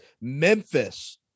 Memphis